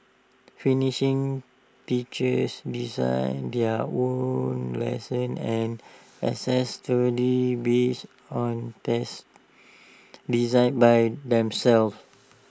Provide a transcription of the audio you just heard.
finnish teachers design their own lessons and assess students based on tests designed by themselves